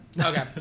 Okay